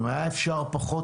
אם היה אפשר פחות,